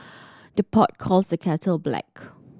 the pot calls the kettle black